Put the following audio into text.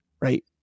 right